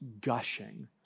gushing